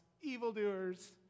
evildoers